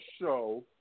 show